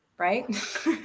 Right